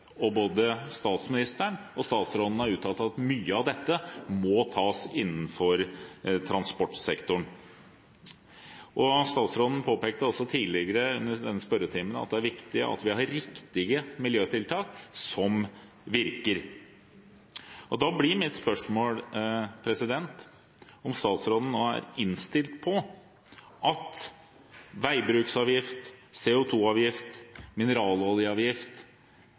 og både statsministeren og statsråden har uttalt at mye av dette må gjøres innenfor transportsektoren. Statsråden påpekte også tidligere i denne spørretimen at det er viktig at vi har riktige miljøtiltak som virker. Da blir mitt spørsmål om statsråden nå er innstilt på at veibruksavgift, CO2-avgift og mineraloljeavgift